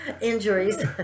injuries